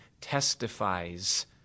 testifies